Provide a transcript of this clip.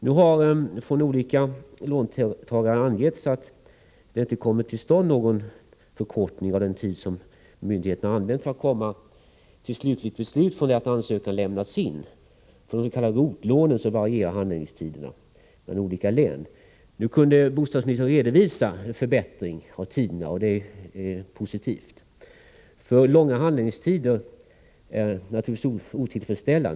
Det har emellertid från olika låntagare angetts att den tid som myndigheterna använt från det att ansökan lämnats in till dess att man kommit fram till ett slutligt beslut inte har förkortats. För de s.k. ROT-lånen varierar handläggningstiderna från län till län. Nu kunde bostadsministern redovisa en förbättring, och det är positivt. Alltför långa handläggningstider är naturligtvis otillfredsställande.